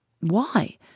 why